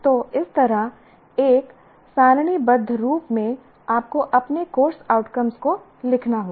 तो इस तरह एक सारणीबद्ध रूप में आपको अपने कोर्स आउटकम्स को लिखना होगा